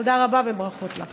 תודה רבה וברכות לך.